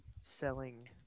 selling